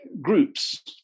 groups